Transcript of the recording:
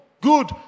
good